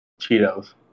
cheetos